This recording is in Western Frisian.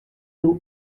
doe